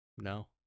No